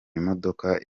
imodoka